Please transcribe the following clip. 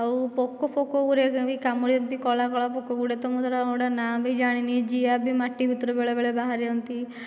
ଆଉ ପୋକ ଫୋକ ଗୁଡ଼େ ବି କାମୁଡ଼ନ୍ତି କଳା କଳା ପୋକ ଗୁଡ଼େ ତ ମୁଁ ତ ସେ'ଟା ଗୋଟିଏ ନାଁ ବି ଜାଣିନି ଜିଆ ବି ମାଟି ଭିତରୁ ବେଳେବେଳେ ବାହାରନ୍ତି